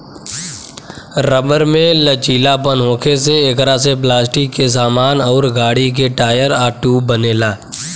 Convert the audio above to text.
rubber में लचीलापन होखे से एकरा से पलास्टिक के सामान अउर गाड़ी के टायर आ ट्यूब बनेला